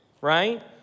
right